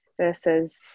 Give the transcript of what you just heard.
versus